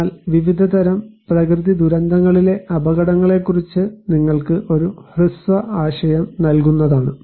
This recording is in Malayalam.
എന്നാൽ വിവിധ തരം പ്രകൃതിദുരന്തങ്ങളിലെ അപകടങ്ങളെക്കുറിച്ച് നിങ്ങൾക്ക് ഒരു ഹ്രസ്വ ആശയം നൽകുന്നതാണ്